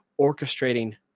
orchestrating